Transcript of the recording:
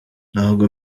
ntabwo